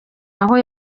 aho